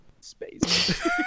Space